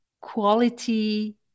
Quality